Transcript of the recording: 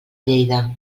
lleida